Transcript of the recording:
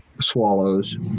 swallows